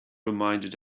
reminded